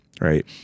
right